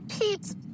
Pete